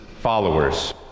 followers